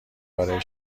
برای